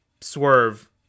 swerve